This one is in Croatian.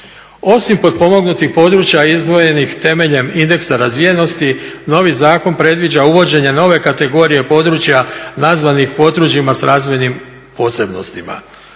Osim potpomognutih područja izdvojenih temeljem indeksa razvijenosti novi zakon predviđa uvođenje nove kategorije područja nazvanih područjima s razvojnim posebnostima.